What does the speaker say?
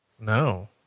No